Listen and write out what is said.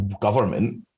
government